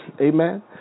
Amen